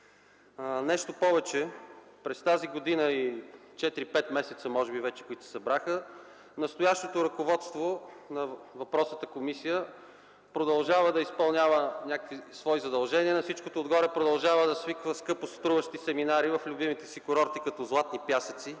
Нещо повече. През тази година и четири-пет месеца, които се събраха, настоящото ръководство на въпросната комисия продължава да изпълнява някакви свои задължения. На всичкото отгоре, продължава да свиква скъпо струващи семинари в любимите си курорти като „Златни пясъци”